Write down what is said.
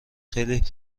خیلی